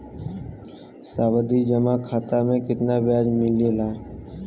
सावधि जमा खाता मे कितना ब्याज मिले ला?